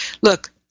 look